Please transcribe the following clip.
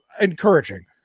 encouraging